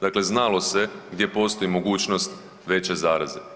Dakle, znalo se gdje postoji mogućnost veće zaraze.